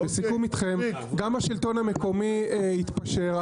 בסיכום איתכם, גם השלטון המקומי התפשר.